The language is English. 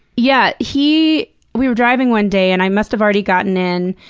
yeah, he we were driving one day and i must have already gotten in,